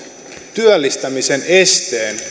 työllistämisen esteen